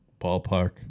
Ballpark